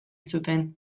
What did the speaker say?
zuten